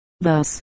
Thus